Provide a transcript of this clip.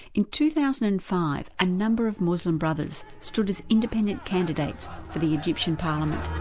in two thousand and five a number of muslim brothers stood as independent candidates for the egyptian parliament.